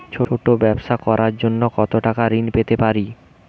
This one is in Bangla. ছোট ব্যাবসা করার জন্য কতো টাকা ঋন পেতে পারি?